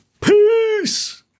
Peace